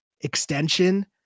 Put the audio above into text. extension